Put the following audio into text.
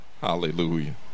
Hallelujah